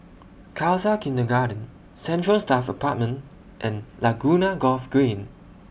Khalsa Kindergarten Central Staff Apartment and Laguna Golf Green